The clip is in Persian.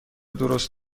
درست